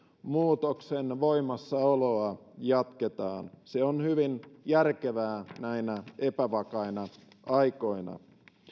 muutoksen voimassaoloa jatketaan se on hyvin järkevää näinä epävakaina aikoina